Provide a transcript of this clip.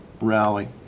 rally